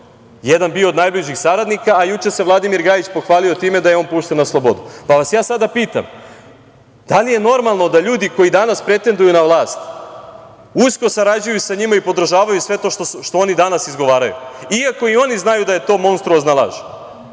jedan od najbližih saradnika, a juče se Vladimir Gajić pohvalio time da je on pušten na slobodu? Pa vas ja sada pitam – da li je normalno da ljudi koji danas pretenduju na vlast usko sarađuju sa njima i podržavaju sve to što oni danas izgovaraju, iako i oni znaju da je to monstruozna laž? Danas